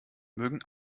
mögen